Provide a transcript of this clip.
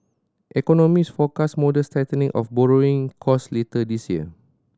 economist forecast modest tightening of borrowing cost later this year